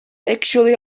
actually